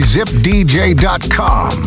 ZipDJ.com